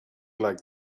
like